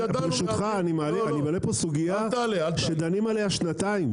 ברשותך, אני מעלה פה סוגיה שדנים עליה שנתיים.